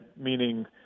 meaning